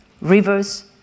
rivers